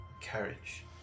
carriage